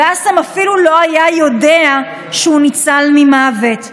ועאסם אפילו לא היה יודע שהוא ניצל ממוות,